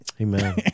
Amen